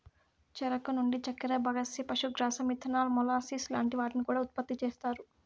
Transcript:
చెరుకు నుండి చక్కర, బగస్సే, పశుగ్రాసం, ఇథనాల్, మొలాసిస్ లాంటి వాటిని కూడా ఉత్పతి చేస్తారు